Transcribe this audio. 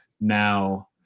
now